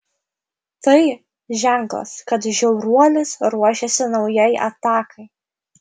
tai ženklas kad žiauruolis ruošiasi naujai atakai